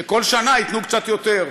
שכל שנה ייתנו קצת יותר.